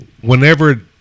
whenever